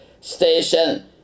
station